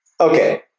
Okay